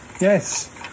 Yes